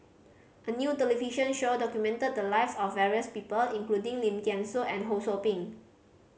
a new television show documented the lives of various people including Lim Thean Soo and Ho Sou Ping